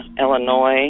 Illinois